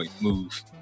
move